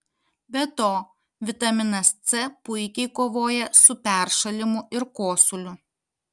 be to vitaminas c puikiai kovoja su peršalimu ir kosuliu